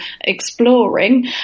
exploring